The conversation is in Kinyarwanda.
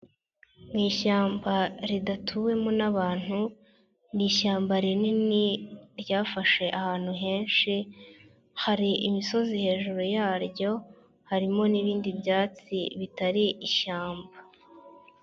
Mu ishyamba ridatuwemo n'abantu, ni ishyamba rinini ryafashe ahantu henshi, hari imisozi hejuru yaryo harimo n'ibindi byatsi bitari ishyamba.